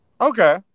Okay